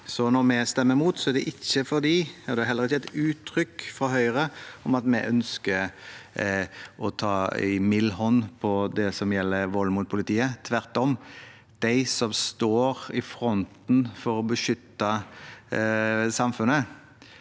Når vi stemmer mot, er det heller ikke et uttrykk fra Høyre om at vi ønsker å ta en mild hånd på det som gjelder vold mot politiet. Tvert om: De som står i fronten for å beskytte samfunnet,